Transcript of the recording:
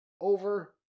over